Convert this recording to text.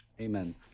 Amen